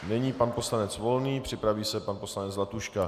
Nyní pan poslanec Volný, připraví se pan poslanec Zlatuška.